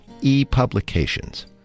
ePublications